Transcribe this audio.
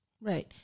Right